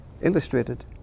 Illustrated